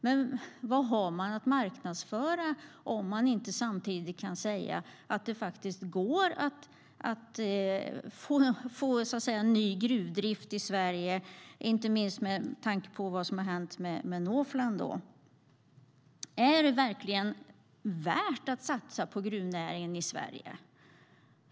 Men vad har man att marknadsföra om man inte samtidigt kan säga att det faktiskt går att få ny gruvdrift i Sverige, inte minst med tanke på Northland? Är det verkligen värt att satsa på gruvnäringen i Sverige?